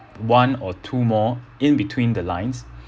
one or two more in between the lines